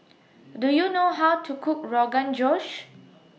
Do YOU know How to Cook Rogan Josh